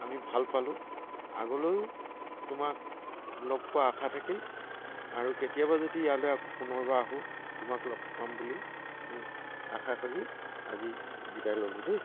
আমি ভাল পালোঁ আগলৈও তোমাক লগ পোৱাৰ আশা থাকিল আৰু কেতিয়াবা যদি ইয়ালৈ আকৌ পুনৰবাৰ আহোঁ তোমাক লগ পাম বুলি আশা কৰি আজি বিদায় ললোঁ দেই